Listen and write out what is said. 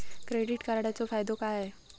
Credit कार्डाचो फायदो काय?